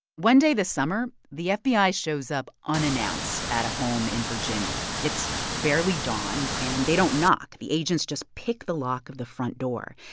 one day this summer, the fbi shows up unannounced at a home in virginia. it's barely dawn, and they don't knock. the agents just pick the lock of the front door.